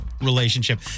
relationship